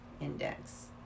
index